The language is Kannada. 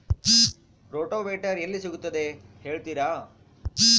ರೋಟೋವೇಟರ್ ಎಲ್ಲಿ ಸಿಗುತ್ತದೆ ಹೇಳ್ತೇರಾ?